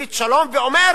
"ברית שלום", ואומר: